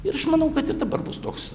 ir aš manau kad ir dabar bus toks